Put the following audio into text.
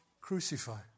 crucify